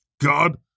God